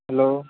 hello